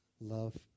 love